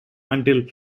until